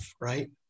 right